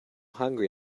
hungry